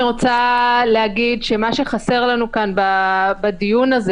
אני רוצה להגיד שמה שחסר לנו כאן בדיון הזה